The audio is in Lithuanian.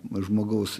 mat žmogaus